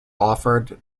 offered